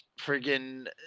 Friggin